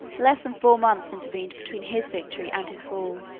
less than four months intervened between his victory and his fall.